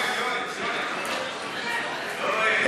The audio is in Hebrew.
יואל, יואל.